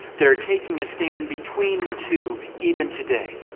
they're taking a stand between the two even today.